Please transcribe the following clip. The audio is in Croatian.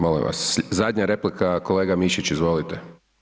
Molim vas, zadnja replika, kolega Mišić, izvolite.